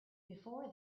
before